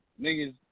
Niggas